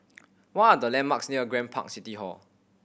what are the landmarks near Grand Park City Hall